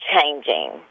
changing